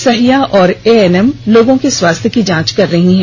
सहिया व एएनएम लोगों के स्वास्थ्य की जांच कर रही हैं